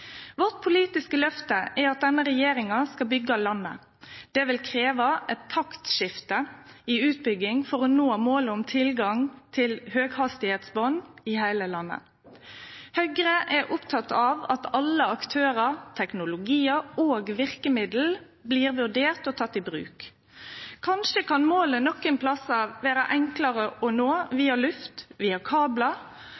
Vårt politiske løfte er at denne regjeringa skal byggje landet. Det vil krevje eit taktskifte i utbygging for å nå målet om tilgang til høgfartsnett i heile landet. Høgre er oppteke av at alle aktørar, teknologiar og verkemiddel blir vurderte og tekne i bruk. Kanskje kan målet nokre plassar vere enklare å nå